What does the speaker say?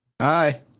Hi